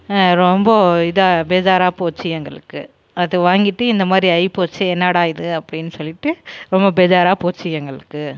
ரொம்ப இதாக பேஜாராக போச்சு எங்களுக்கு அது வாங்கிட்டு இந்த மாதிரி ஆயிப்போச்சே என்னாடா இது அப்படின்னு சொல்லிவிட்டு ரொம்ப பெஜாராக போச்சு எங்களுக்கு